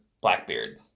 Blackbeard